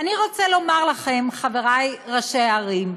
אני רוצה לומר לכם, חברי ראשי הערים,